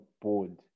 board